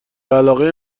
علاقه